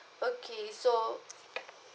okay so